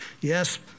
Yes